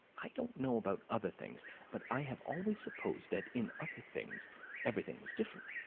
i don't know about other things but i have always supposed that in other things everything was different.